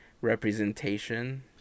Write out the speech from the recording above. representation